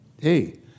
hey